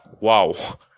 wow